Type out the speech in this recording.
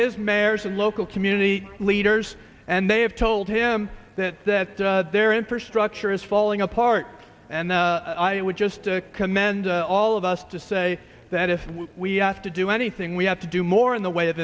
his mayors and local community leaders and they have told him that that their infrastructure is falling apart and i would just to commend all of us to say that if we have to do anything we have to do more in the way of